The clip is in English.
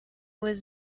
was